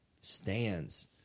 stands